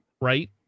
right